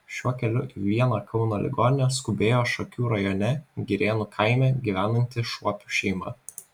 šiuo keliu į vieną kauno ligoninę skubėjo šakių rajone girėnų kaime gyvenanti šuopių šeima